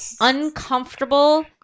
uncomfortable